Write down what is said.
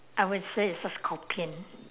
I would say it's a scorpion